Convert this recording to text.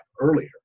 earlier